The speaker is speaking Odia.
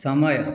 ସମୟ